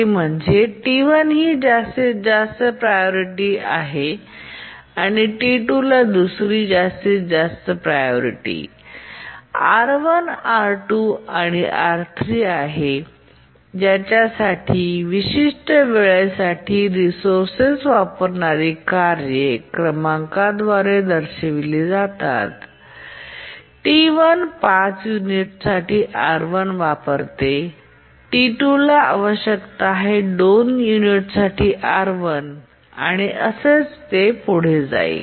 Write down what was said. ते म्हणजे T1 ही जास्तीत जास्त प्रायोरिटी आहे T2 ही दुसरी जास्तीत जास्त R1 R2 आणि R3 आहे आणि विशिष्ट वेळेसाठी रिसोर्स वापरणारी कार्ये क्रमांकाद्वारे दर्शविली जातात T1 5 युनिट्ससाठी R1 वापरते T2 आवश्यक आहे 2 युनिटसाठी R1 वापरा आणि ते पुढे जाईल